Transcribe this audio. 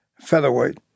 featherweight